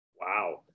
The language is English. Wow